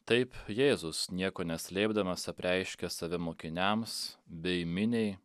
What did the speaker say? taip jėzus nieko neslėpdamas apreiškia save mokiniams bei miniai